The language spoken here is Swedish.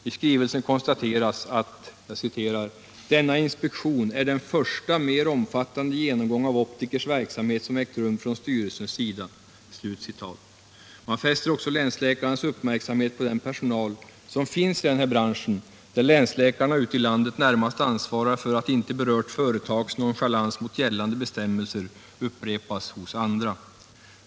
I skrivelsen konstateras att ”denna inspektion är den första mer omfattande genomgång av optikers verksamhet som ägt rum från styrelsens sida”. Man fäster också länsläkarnas uppmärksamhet på den personal som finns i branschen, där länsläkarna ute i landet närmast ansvarar för att inte berört företags nonchalans mot gällande bestämmelser upprepas hos andra.